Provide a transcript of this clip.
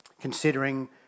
Considering